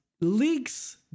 leaks